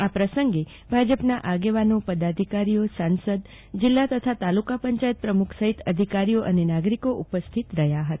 આ પ્રસંગે ભાજપના આગેવાનો પદાઘિકારીઓસાંસદજીલ્લા પંચાયત પ્રમુખ સહીત અધિકારીઓ તથા નાગરિકો ઉપસ્થિત રહ્યા હતા